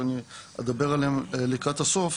שאני אדבר עליהם לקראת הסוף.